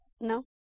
No